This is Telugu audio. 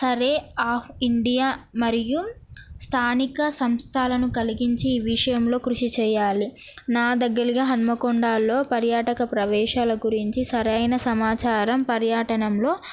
సర్వే ఆఫ్ ఇండియా మరియు స్థానిక సంస్థలను కలిగించి ఈ విషయంలో కృషి చేయాలి నా దగ్గర హనుమకొండలో పర్యాటక ప్రవేశాల గురించి సరైన సమాచారం పర్యాటనంలో